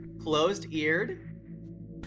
Closed-eared